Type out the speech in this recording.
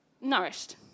nourished